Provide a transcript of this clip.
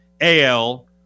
AL